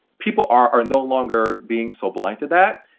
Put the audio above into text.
people are no longer being so blind to that.